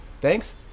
thanks